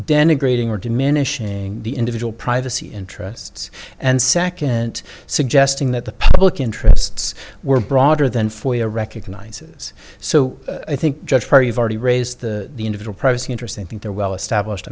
denigrating or diminishing the individual privacy interests and second suggesting that the public interests were broader than for your recognizes so i think judge where you've already raised the individual privacy interests in think they're well established